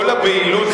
כל הבהילות,